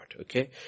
Okay